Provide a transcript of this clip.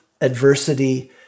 adversity